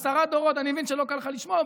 אני מבין שלא קל לך לשמוע,